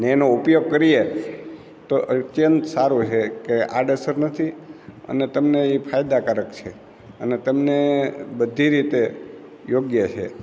ને એનો ઉપયોગ કરીએ તો અત્યંત સારું છે કે આડઅસર નથી અને તમને એ ફાયદાકારક છે અને તમને બધી રીતે યોગ્ય છે